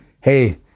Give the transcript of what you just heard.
Hey